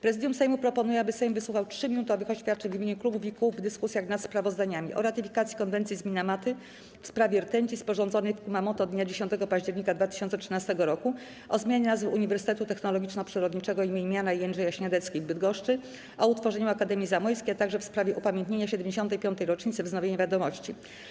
Prezydium Sejmu proponuje, aby Sejm wysłuchał 3-minutowych oświadczeń w imieniu klubów i kół w dyskusjach nad sprawozdaniami: - o ratyfikacji Konwencji z Minamaty w sprawie rtęci, sporządzonej w Kumamoto dnia 10 października 2013 roku, - o zmianie nazwy Uniwersytetu Technologiczno-Przyrodniczego im. Jana i Jędrzeja Śniadeckich w Bydgoszczy, - o utworzeniu Akademii Zamojskiej, - w sprawie upamiętnienia 75. rocznicy wznowienia „Wiadomości”